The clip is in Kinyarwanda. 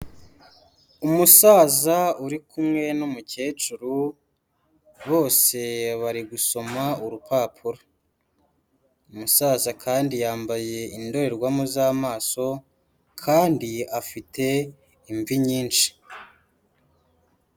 Umusaza uri kumwe n'umukecuru, bose bari gusoma urupapuro. Umusaza kandi yambaye indorerwamo z'amaso kandi afite imvi nyinshi.